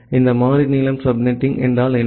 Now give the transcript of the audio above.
இந்த மாறி நீளம் சப்நெட்டிங் என்றால் என்ன